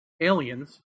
aliens